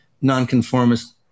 nonconformist